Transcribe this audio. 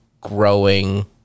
growing